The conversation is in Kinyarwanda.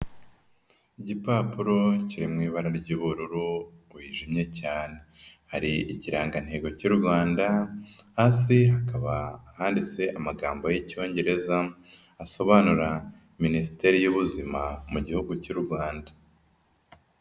Igipapuro kiri mu ibara ry'ubururu wijimye cyane, hari ikirangantego cy'u Rwanda, hasi hakaba handitse amagambo y'Icyongereza asobanura Minisiteri y'Ubuzima mu gihugu cy'u Rwanda.